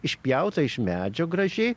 išpjauta iš medžio gražiai